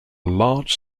large